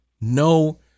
No